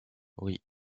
oui